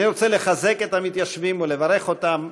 אני רוצה לחזק את המתיישבים ולברך אותם,